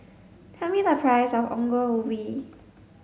tell me the price of Ongol Ubi